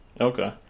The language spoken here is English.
Okay